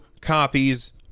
copies